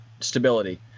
stability